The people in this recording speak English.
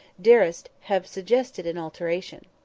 durst have suggested an alteration.